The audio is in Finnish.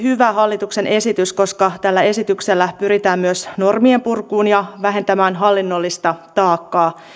hyvä hallituksen esitys koska tällä esityksellä pyritään myös normienpurkuun ja vähentämään hallinnollista taakkaa